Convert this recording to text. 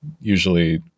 usually